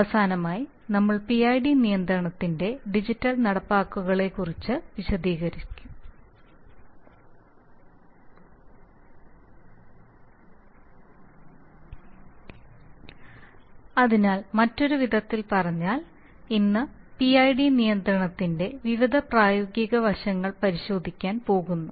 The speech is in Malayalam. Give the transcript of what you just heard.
അവസാനമായി നമ്മൾ PID നിയന്ത്രണത്തിന്റെ ഡിജിറ്റൽ നടപ്പാക്കലുകളെക്കുറിച്ച് വിശദീകരിക്കും അതിനാൽ മറ്റൊരു വിധത്തിൽ പറഞ്ഞാൽ ഇന്ന് PID നിയന്ത്രണത്തിന്റെ വിവിധ പ്രായോഗിക വശങ്ങൾ പരിശോധിക്കാൻ പോകുന്നു